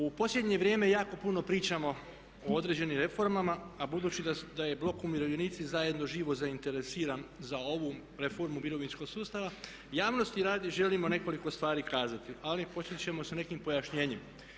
U posljednje vrijeme jako puno pričamo o određenim reformama, a budući da je „Blok umirovljenici zajedno“ živo zainteresiran za ovu reformu mirovinskog sustava javnosti radi želimo nekoliko stvari kazati, ali počet ćemo sa nekim pojašnjenjem.